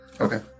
Okay